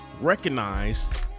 recognize